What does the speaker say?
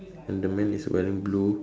and the man is wearing blue